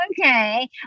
okay